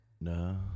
No